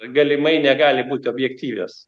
galimai negali būt objektyvios